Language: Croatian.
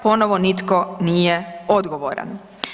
Ponovo nitko nije odgovoran.